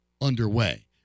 underway